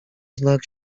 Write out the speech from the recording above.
znak